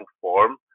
form